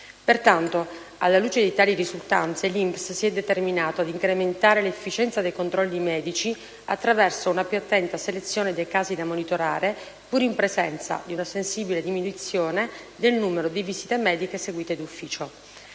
Pertanto, alla luce di tali risultanze, l'INPS si è determinato ad incrementare l'efficienza dei controlli medici attraverso una più attenta selezione dei casi da monitorare, pur in presenza di una sensibile diminuzione del numero di visite mediche eseguite d'ufficio.